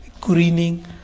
greening